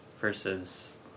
versus